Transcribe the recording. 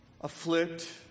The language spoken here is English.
afflict